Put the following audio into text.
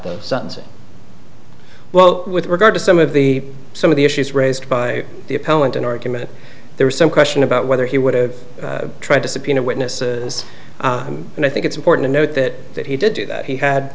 the sentencing well with regard to some of the some of the issues raised by the appellant an argument there was some question about whether he would have tried to subpoena witnesses and i think it's important to note that that he did do that he had